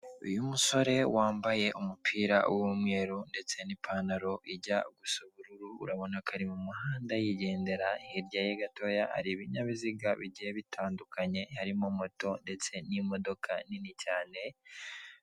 Umusore wambaye umupira w'umweru, ndetse n'ipantaro ijya gusa ubururu, urabona ko ari mu muhanda yigendera, hirya ye gatoya hari ibinyabiziga bigiye bitandukanye, harimo moto ndetse n'imodoka nini cyane;